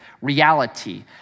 reality